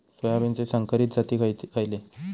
सोयाबीनचे संकरित जाती खयले?